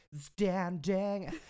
Standing